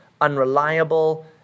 unreliable